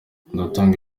ndatanga